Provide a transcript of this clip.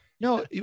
No